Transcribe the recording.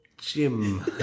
Jim